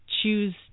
choose